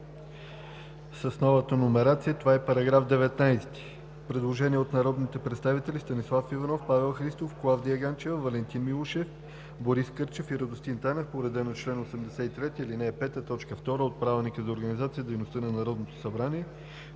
С новата номерация това е § 19. Предложение от народните представители Станислав Иванов, Павел Христов, Клавдия Ганчева, Валентин Милушев, Борис Кърчев и Радостин Танев по реда на чл. 83, ал. 5, т. 2 от Правилника за организацията и дейността на Народното събрание.